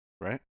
right